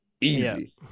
easy